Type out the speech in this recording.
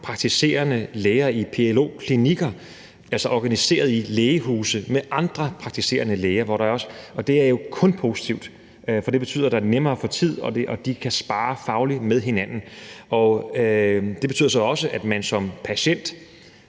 praktiserende læger i PLO-klinikker, altså organiseret i lægehuse med andre praktiserende læger, og det er jo kun positivt, for det betyder, at det er nemmere at få tid, og de kan sparre fagligt med hinanden. Det betyder så også, at når jeg som patient